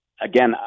Again